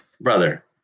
brother